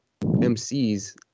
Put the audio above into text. MCs